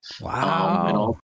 Wow